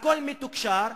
הכול מתוקשר.